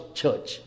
church